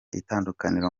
itandukaniro